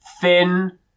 thin